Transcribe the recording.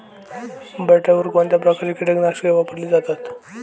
बटाट्यावर कोणत्या प्रकारची कीटकनाशके वापरली जातात?